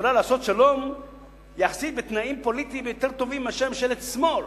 יכולה לעשות שלום יחסית בתנאים פוליטיים יותר טובים מאשר ממשלת שמאל,